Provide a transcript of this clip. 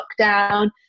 lockdown